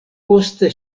poste